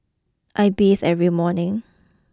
I bathe every morning